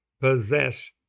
possess